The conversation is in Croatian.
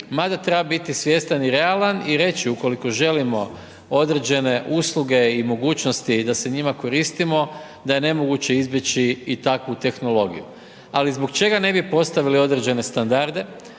mada treba biti svjestan i realan i reći ukoliko želimo određene usluge i mogućnosti da se njima koristimo, da je nemogući izbjeći i takvu tehnologiju. Ali zbog čega ne bi postavili određene standarde?